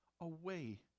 away